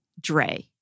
Dre